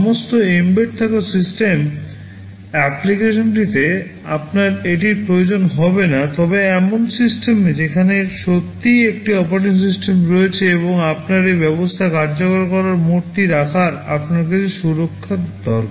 সমস্ত এম্বেড থাকা সিস্টেম অ্যাপ্লিকেশনটিতে আপনার এটির প্রয়োজন হবে না তবে এমন সিস্টেমে যেখানে সত্যিই একটি অপারেটিং সিস্টেম রয়েছে এবং আপনার এই ব্যবস্থা কার্যকর করার মোডটি রাখতে আপনার কিছু সুরক্ষা দরকার